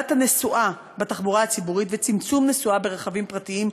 הגדלת הנסועה בתחבורה ציבורית וצמצום נסועה ברכבים פרטיים,